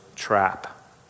trap